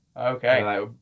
Okay